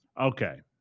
Okay